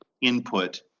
input